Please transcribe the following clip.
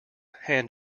hand